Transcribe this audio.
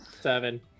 Seven